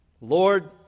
Lord